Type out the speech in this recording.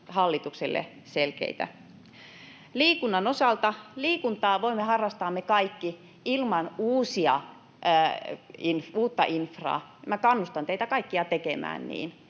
hallitukselle selkeitä. Liikunnan osalta: liikuntaa voimme me kaikki harrastaa ilman uutta infraa. Minä kannustan teitä kaikkia tekemään niin.